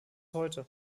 heute